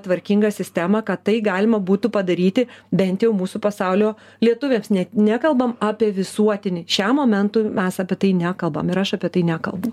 tvarkingą sistemą kad tai galima būtų padaryti bent jau mūsų pasaulio lietuviams net nekalbam apie visuotinį šiam momentui mes apie tai nekalbam ir aš apie tai nekalbu